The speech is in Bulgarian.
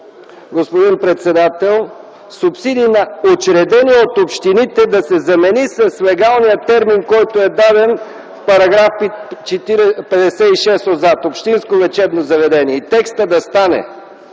господин председател: „субсидии на учредени от общините” да се замени с легалния термин, който е даден в § 56 отзад „общинско лечебно заведение” и текстът да стане: